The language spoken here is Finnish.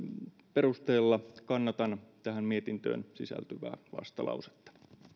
perusteella kannatan tähän mietintöön sisältyvää vastalausetta